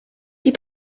die